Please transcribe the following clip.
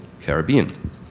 Caribbean